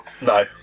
No